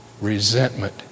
resentment